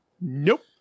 Nope